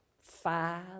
Five